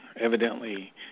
Evidently